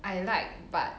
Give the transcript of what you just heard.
I like but